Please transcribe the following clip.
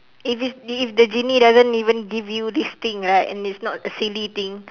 if it's if the genie doesn't even give you this thing right and it's not a silly thing